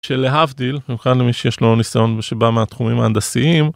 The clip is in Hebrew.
של להבדיל, במיוחד למי שיש לו ניסיון ושבא מהתחומים ההנדסיים.